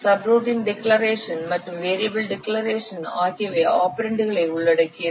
subroutine declaration மற்றும் variable declaration ஆகியவை ஆபரெண்டுகளை உள்ளடக்கியது